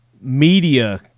media